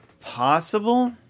possible